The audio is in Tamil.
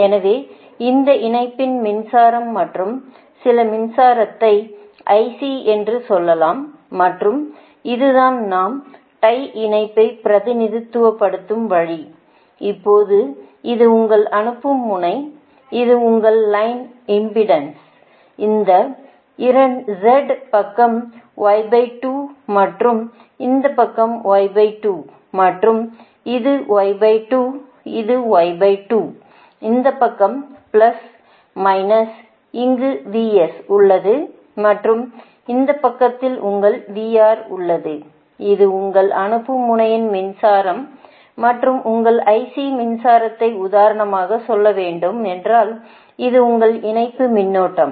எனவே இந்த இணைப்பின் மின்சாரம் மற்றும் சில மின்சாரத்தை IC என்று சொல்லலாம் மற்றும் இது தான் நாம் tie இணைப்பை பிரதிநிதித்துவப்படுத்தும் வழி இப்போது இது உங்கள் அனுப்பும் முனை இது உங்கள் லைன் இம்பெடன்ஸ் அந்த z இந்த பக்கம் மற்றும் இந்த பக்கம் மற்றும் இது இது இந்த பக்கம் ப்ளஸ் மைனஸ் இங்கு VS உள்ளது மற்றும் இந்த பக்கத்தில் உங்கள் VR உள்ளது இது உங்கள் அனுப்பும் முனையில் மின்சாரம் மற்றும் உங்கள் IC மின்சாரதை உதாரணமாக சொல்ல வேண்டும் என்றால் இது உங்கள் இணைப்பு மின்னோட்டம்